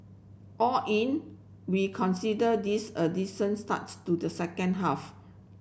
all in we consider this a decent starts to the second half